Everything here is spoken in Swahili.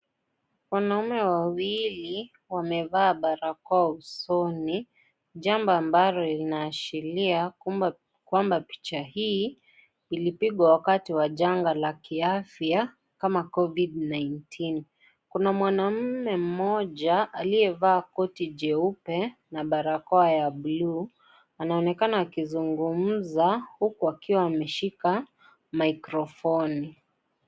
Wanaume wawili wamevaa barakoa usoni, jambo ambalo linaashiria kwamba picha hii ilipigwa wakati wa janga la kiafya kama Covid 19. Kuna mwanamume mmoja aliyevaa koti jeupe, na barakoa ya buluu anaonekana akizungumuza huku akiwa ameshika maikrofoni.